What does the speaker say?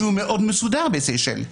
שהוא מאוד מסודר בשייסל.